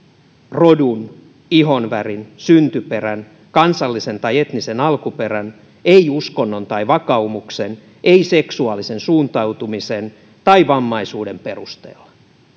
rodun ihonvärin syntyperän kansallisen tai etnisen alkuperän ei uskonnon tai vakaumuksen ei seksuaalisen suuntautumisen tai vammaisuuden perusteella